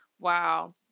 Wow